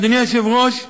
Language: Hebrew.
אדוני היושב-ראש,